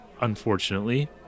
unfortunately